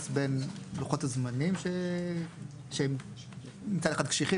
בין לוחות הזמנים שהם מצד אחד קשיחים,